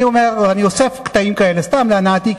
אני אוסף קטעים כאלה סתם להנאתי,